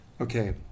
Okay